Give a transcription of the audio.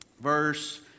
verse